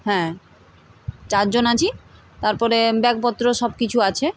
হ্যাঁ চারজন আছি তারপরে ব্যাগপত্র সব কিছু আছে